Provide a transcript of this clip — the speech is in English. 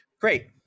great